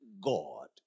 God